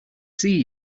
see